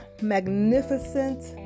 magnificent